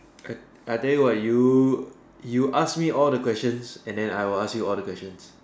I I tell you what you you ask me all the questions and then I will ask you all the questions